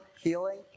Healing